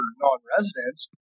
non-residents